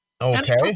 okay